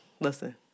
Listen